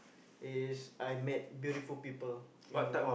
is I met beautiful people you know